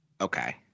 Okay